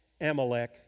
Amalek